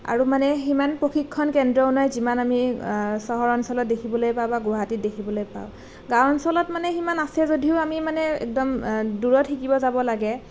আৰু মানে সিমান প্ৰশিক্ষণ কেন্দ্ৰও নাই যিমান আমি চহৰ অঞ্চলত দেখিবলৈ পাওঁ বা গুৱাহাটীত দেখিবলৈ পাওঁ গাঁও অঞ্চলত সিমান আছে যদিও মানে একদম দূৰত শিকিব যাব লাগে